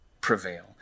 prevail